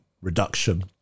reduction